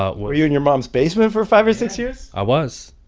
ah were you in your mom's basement for five or six years? i was.